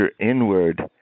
inward